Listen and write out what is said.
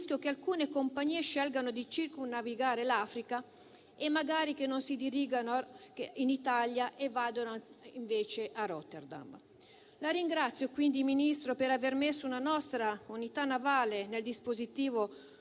rischio che alcune compagnie scelgano di circumnavigare l'Africa e magari che non si dirigano in Italia e vadano invece a Rotterdam. La ringrazio, quindi, signor Ministro, per aver messo una nostra unità navale del dispositivo